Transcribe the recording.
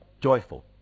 joyful